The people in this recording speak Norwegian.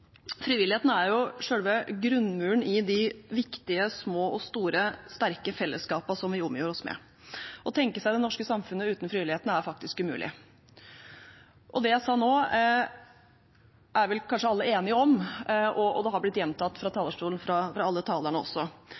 Frivilligheten er jo selve grunnmuren i de viktige, små og store, sterke fellesskapene vi omgir oss med. Å tenke seg det norske samfunnet uten frivilligheten er faktisk umulig. Det jeg sa nå, er vel kanskje alle enige om, og det har blitt gjentatt fra talerstolen av alle talerne.